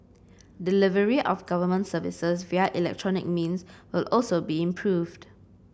delivery of government services via electronic means will also be improved